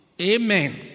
Amen